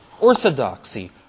Orthodoxy